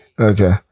Okay